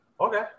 Okay